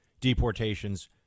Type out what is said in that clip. deportations